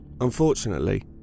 Unfortunately